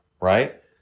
right